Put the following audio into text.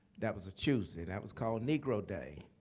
that was a tuesday, that was called negro day.